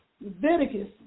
Leviticus